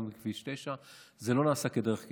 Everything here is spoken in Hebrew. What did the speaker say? גם בכביש 9. זה לא נעשה כדרך קבע,